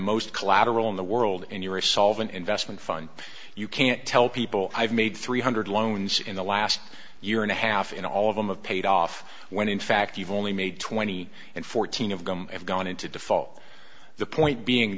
most collateral in the world and you are solvent investment fund you can't tell people i've made three hundred loans in the last year and a half in all of them have paid off when in fact you've only made twenty and fourteen of them have gone into default the point being